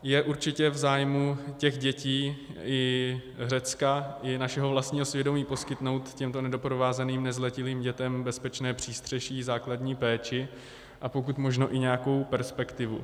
Je určitě v zájmu těch dětí i Řecka i našeho vlastního svědomí poskytnout těmto nedoprovázeným nezletilým dětem bezpečné přístřeší, základní péči a pokud možno i nějakou perspektivu.